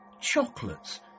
chocolates